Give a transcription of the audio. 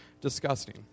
disgusting